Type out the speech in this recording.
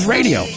Radio